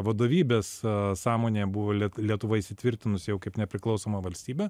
vadovybės sąmonėje buvo lie lietuva buvo įsitvirtinusi jau kaip nepriklausoma valstybė